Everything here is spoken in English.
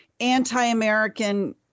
anti-American